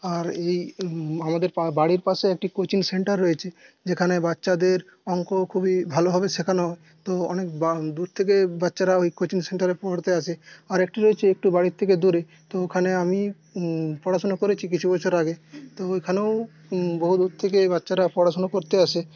আর এই আমাদের বাড়ির পাশে একটি কোচিং সেন্টার রয়েছে যেখানে বাচ্চাদের অঙ্ক খুবই ভালোভাবে শেখানো তো অনেক দূর থেকেই বাচ্চারাও এই কোচিং সেন্টারে পড়তে আসে আর একটি রয়েছে একটু বাড়ির থেকে দূরে তো ওখানে আমি পড়াশুনো করেছি কিছু বছর আগে তো ওইখানেও বহু দূর থেকেই বাচ্চারা পড়াশুনো করতে আসে